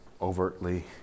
overtly